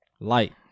Light